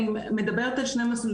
אני מדברת על שני מסלולים,